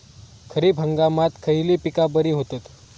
खरीप हंगामात खयली पीका बरी होतत?